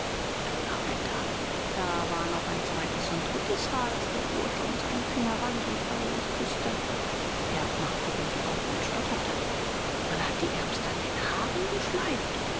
donnerwetter da war noch ein zweites und drittes haar das der bursche um seinen finger wand und feierlich küßte erb machte runde augen und stotterte man hat die ärmste an den haaren geschleift